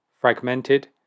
fragmented